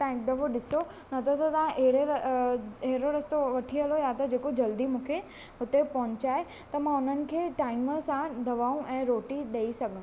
तव्हां हिकु दफ़ो ॾिसो न त तव्हां हेॾे हेॾो रस्तो वठी हलो या त जेको जल्दी मूंखे हुते पहुचाए त मां हुननि खे टाइम सां दवाऊं ऐं रोटी ॾेई सघां